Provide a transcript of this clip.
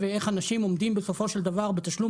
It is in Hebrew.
ואיך אנשים עומדים בסופו של דבר בתשלום